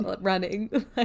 running